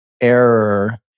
error